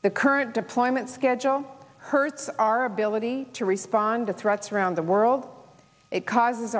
the current deployment schedule hurts our ability to respond to threats around the world it causes